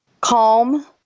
calm